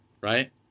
right